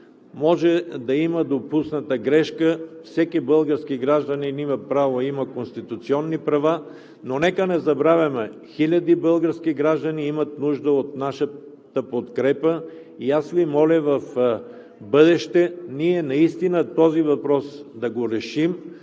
може да има допусната грешка. Всеки български гражданин има конституционни права, но нека не забравяме хилядите български граждани, които имат нужда от нашата подкрепа. Аз Ви моля в бъдеще ние наистина да решим